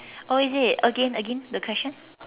oh is it again again the question